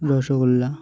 rasgulla